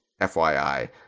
FYI